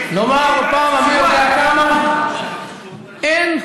לומר, בפעם המי יודע כמה: אין,